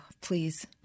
please